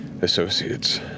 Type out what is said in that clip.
associates